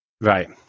Right